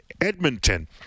Edmonton